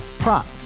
Prop